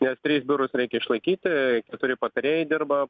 nes tris biurus reikia išlaikyti keturi patarėjai dirba